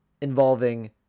involving